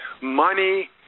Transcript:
money –